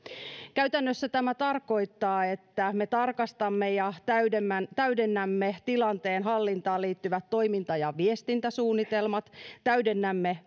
käytännössä tämä tarkoittaa että me tarkastamme ja täydennämme täydennämme tilanteen hallintaan liittyvät toiminta ja viestintäsuunnitelmat täydennämme